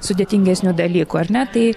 sudėtingesnių dalykų ar ne tai